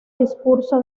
discurso